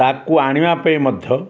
ତାକୁ ଆଣିବା ପାଇଁ ମଧ୍ୟ